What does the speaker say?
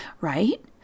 right